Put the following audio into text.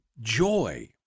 joy